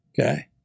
okay